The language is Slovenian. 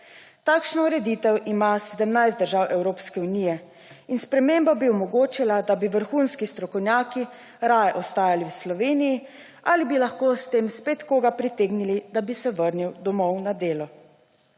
Takšno ureditev ima 17 držav Evropske unije in sprememba bi omogočila, da bi vrhunski strokovnjaki raje ostajali v Sloveniji ali bi lahko s tem spet koga pritegnili, da bi se vrnil domov na delo.